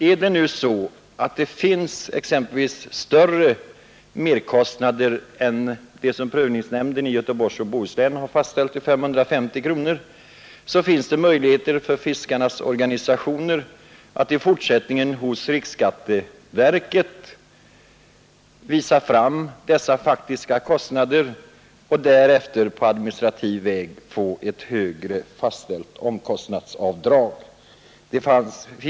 Är det nu så att det förekommer större merkostnader än som motsvaras av det avdrag som prövningsnämnden i Göteborgs och Bohus län fastställt till 550 kronor, så finns det möjligheter för fiskarnas organisationer att i fortsättningen hos riksskatteverket visa fram dessa faktiska kostnader och därefter på administrativ väg få ett högre omkostnadsavdrag fastställt.